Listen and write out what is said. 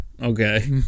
okay